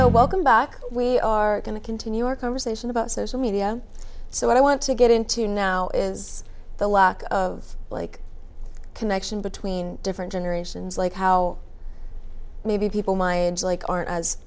so welcome back we are going to continue our conversation about social media so i want to get into now is the lack of like connection between different generations like how maybe people my age like aren't as